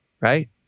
Right